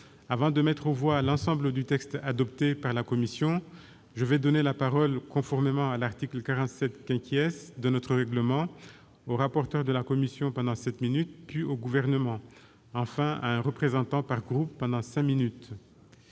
Avant de mettre aux voix l'ensemble du texte adopté par la commission, je vais donner la parole, conformément à l'article 47 de notre règlement, au rapporteur de la commission, pour sept minutes, puis au Gouvernement, et enfin à un représentant par groupe, pour cinq minutes.